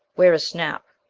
where is snap?